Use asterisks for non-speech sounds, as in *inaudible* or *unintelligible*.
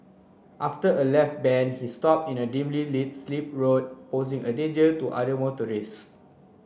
after a left bend he stop in a dimly lit slip road posing a danger to other *unintelligible*